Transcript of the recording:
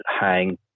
hang